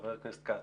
חבר הכנסת כץ.